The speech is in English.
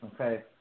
Okay